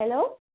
hello